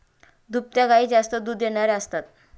दुभत्या गायी जास्त दूध देणाऱ्या असतात